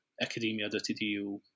academia.edu